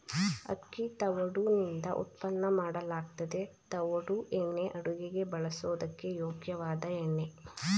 ಅಕ್ಕಿ ತವುಡುನಿಂದ ಉತ್ಪನ್ನ ಮಾಡಲಾಗ್ತದೆ ತವುಡು ಎಣ್ಣೆ ಅಡುಗೆಗೆ ಬಳಸೋದಕ್ಕೆ ಯೋಗ್ಯವಾದ ಎಣ್ಣೆ